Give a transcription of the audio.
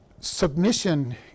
submission